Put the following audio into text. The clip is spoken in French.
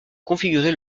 configurer